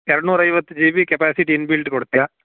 ಎರಡುನೂರ ಐವತ್ತು G B capacity inbuilt ಕೊಡ್ತ್ಯ